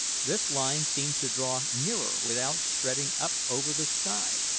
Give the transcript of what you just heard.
this line seemed to draw nearer without spreading up over the sky,